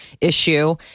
issue